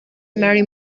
mary